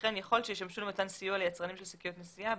וכן יכול שישמשו למתן סיוע ליצרנים של שקיות נשיאה,